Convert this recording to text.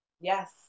Yes